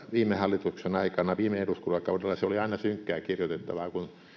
viime hallitusten aikana viime eduskuntakaudella se oli aina synkkää kirjoitettavaa kun